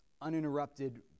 uninterrupted